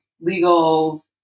legal